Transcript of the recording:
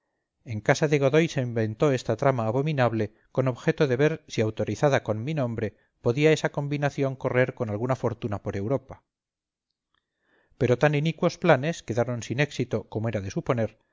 en casa de godoy se inventó esa trama abominable con objeto de ver si autorizada con mi nombre podía esa combinación correr con alguna fortuna por europa pero tan inicuos planes quedaron sin éxito como era de suponer